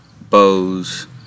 bows